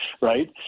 right